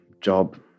job